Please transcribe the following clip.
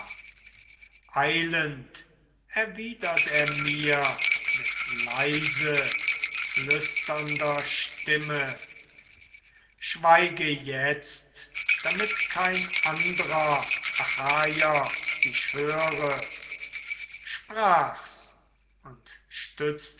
erwidert er mir mit leiseflüsternder stimme schweige jetzt damit kein andrer achaier dich höre sprach's und stützte